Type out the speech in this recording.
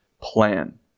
plan